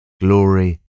glory